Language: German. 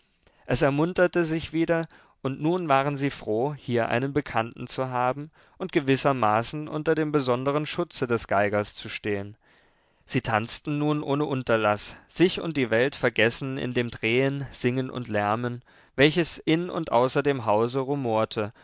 es ermunterte sich wieder und nun waren sie froh hier einen bekannten zu haben und gewissermaßen unter dem besonderen schutze des geigers zu stehen sie tanzten nun ohne unterlaß sich und die welt vergessend in dem drehen singen und lärmen welches in und außer dem hause rumorte